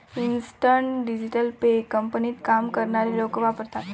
instant digital pay कंपनीत काम करणारे लोक वापरतात